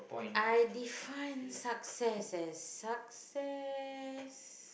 I define success as success